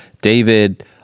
David